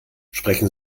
sprechen